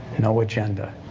no agenda.